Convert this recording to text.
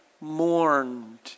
mourned